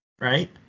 Right